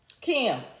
Kim